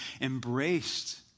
embraced